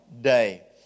day